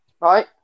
Right